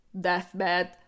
deathbed